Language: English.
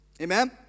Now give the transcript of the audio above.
Amen